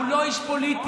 הוא לא איש פוליטי.